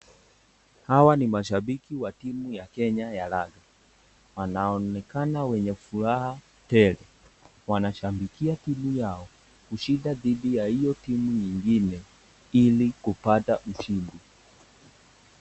Hawa ni mashabiki wa timu ya Kenya ya raga, wanaonekana wenye furaha tele. Wanashabikia timu yao kushinda dhidi ya hiyo timu ingine ili kupata ushindi